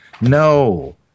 no